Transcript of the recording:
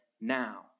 now